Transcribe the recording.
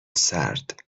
سرد